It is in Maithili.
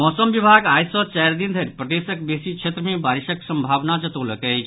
मौसम विभाग आई सॅ चारि दिन धरि प्रदेशक बेसी क्षेत्र मे बारिशक संभावना जतौलक अछि